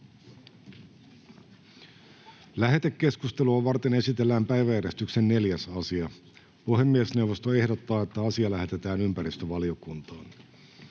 Lähetekeskustelua varten esitellään päiväjärjestyksen 4. asia. Puhemiesneuvosto ehdottaa, että asia lähetetään ympäristövaliokuntaan.